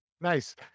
Nice